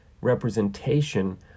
representation